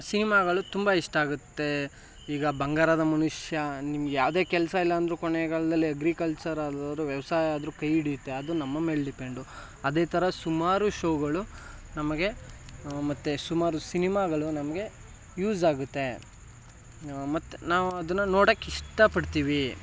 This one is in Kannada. ಸಿನಿಮಾಗಳು ತುಂಬ ಇಷ್ಟ ಆಗುತ್ತೆ ಈಗ ಬಂಗಾರದ ಮನುಷ್ಯ ನಿಮ್ಗೆ ಯಾವುದೇ ಕೆಲಸ ಇಲ್ಲ ಅಂದರೂ ಕೊನೆಗಾಲದಲ್ಲಿ ಅಗ್ರಿಕಲ್ಚರಲ್ಲಿ ವ್ಯವಸಾಯ ಆದರೂ ಕೈ ಹಿಡಿಯುತ್ತೆ ಅದು ನಮ್ಮ ಮೇಲೆ ಡಿಪೆಂಡು ಅದೇ ಥರ ಸುಮಾರು ಶೋಗಳು ನಮಗೆ ಮತ್ತೆ ಸುಮಾರು ಸಿನಿಮಾಗಳು ನಮಗೆ ಯೂಸಾಗುತ್ತೆ ಮತ್ತು ನಾವು ಅದನ್ನು ನೋಡೋಕೆ ಇಷ್ಟಪಡ್ತೀವಿ